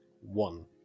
One